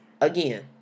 again